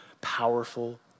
powerful